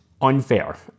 unfair